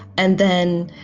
and then,